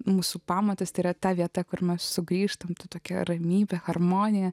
mūsų pamatas yra ta vieta kur man sugrįžtant tokia ramybė harmonija